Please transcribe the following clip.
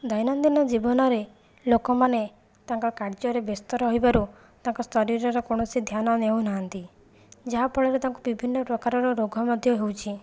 ଦୈନନ୍ଦିନ ଜୀବନରେ ଲୋକମାନେ ତାଙ୍କ କାର୍ଯ୍ୟରେ ବ୍ୟସ୍ତ ରହିବାରୁ ତାଙ୍କ ଶରୀରର କୌଣସି ଧ୍ୟାନ ନେଉନାହାନ୍ତି ଯାହା ଫଳରେ ତାଙ୍କୁ ବିଭିନ୍ନ ପ୍ରକାରର ରୋଗ ମଧ୍ୟ ହେଉଛି